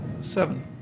seven